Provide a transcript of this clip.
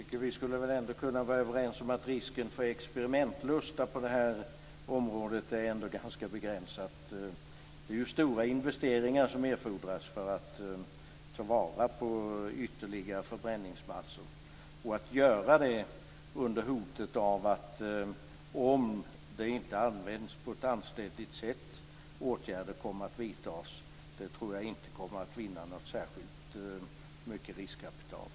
Fru talman! Jag tycker att vi skulle kunna vara överens om att risken för experimentlusta på det här området är ganska begränsad. Det är stora investeringar som erfordras för att ta vara på ytterligare förbränningsmassor. Jag tror inte att det kommer att vinna särskilt mycket riskkapital att göra det under hotet av att om det inte används på ett anständigt sätt kommer åtgärder att vidtas.